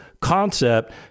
concept